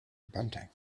bunting